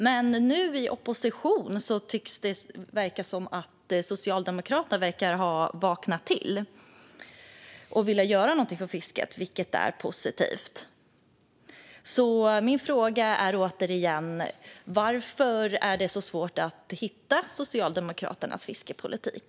Men nu i opposition tycks det som att Socialdemokraterna har vaknat till och vill göra någonting för fisket, vilket är positivt. Min fråga är återigen: Varför är det så svårt att hitta Socialdemokraternas fiskeripolitik?